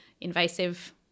invasive